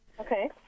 Okay